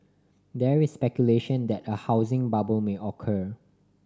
there is speculation that a housing bubble may occur